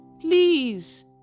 Please